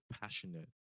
passionate